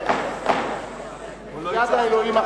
יד האלוהים.